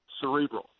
cerebral